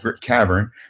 cavern